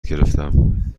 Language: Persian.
گرفتم